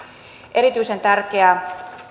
erityisen tärkeää